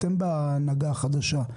אתם בהנהגה החדשה,